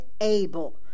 able